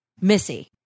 Missy